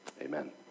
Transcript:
Amen